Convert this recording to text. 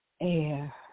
air